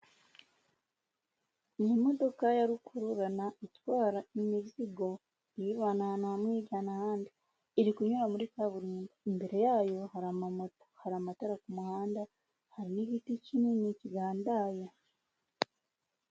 Ni imodoka ya rukururana itwara imizigo iyivana ahantu hamwe iyijyana ahandi, iri kunyura muri kaburimbo, imbere yayo hari amamoto, hari amatara ku muhanda, hari n'igiti kinini kigandaye.